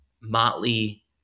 Motley